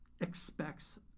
expects